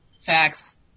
Facts